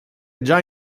già